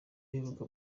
aheruka